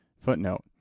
Footnote